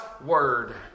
word